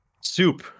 Soup